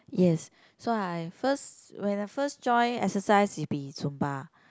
yes so I first when I first join exercise is be Zumba